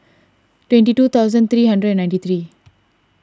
twenty two thousand three hundred and ninety three